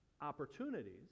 Opportunities